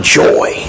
joy